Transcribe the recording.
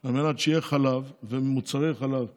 על מנת שיהיו חלב ומוצרי חלב מקומיים,